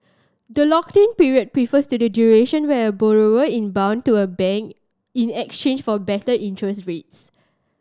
the lock in period refers to the duration where a borrower in bound to a bank in exchange for better interest rates